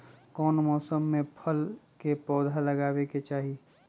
कौन मौसम में फल के पौधा लगाबे के चाहि?